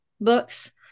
books